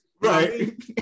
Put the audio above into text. Right